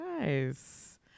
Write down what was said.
nice